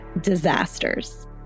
disasters